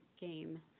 game